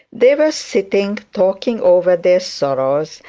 they were sitting talking over their sorrows,